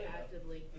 actively